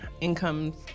incomes